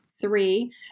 three